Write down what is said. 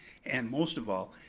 and most of all,